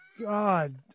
God